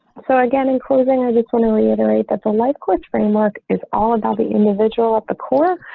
so again, in closing, i just want to reiterate, that's a life coach framework is all about the individual at the core,